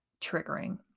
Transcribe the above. triggering